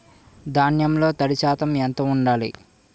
ధాన్యంలో తడి శాతం ఎంత ఉండాలి?